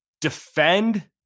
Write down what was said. defend